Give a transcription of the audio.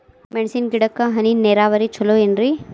ಮೆಣಸಿನ ಗಿಡಕ್ಕ ಹನಿ ನೇರಾವರಿ ಛಲೋ ಏನ್ರಿ?